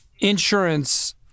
insurance